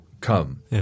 come